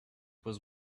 was